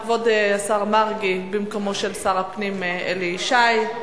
כבוד השר מרגי במקום שר הפנים אלי ישי.